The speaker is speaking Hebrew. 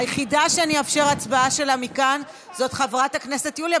היחידה שאני אאפשר הצבעה שלה מכאן זאת חברת הכנסת יוליה,